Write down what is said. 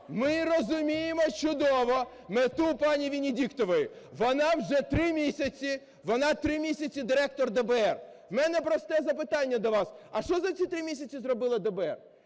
ми розуміємо чудово мету пані Венедіктової. Вона вже три місяці… вона три місяці – директор ДБР. У мене просте запитання до вас. А що за ці три місяці зробило ДБР?